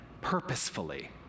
purposefully